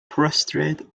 prostrate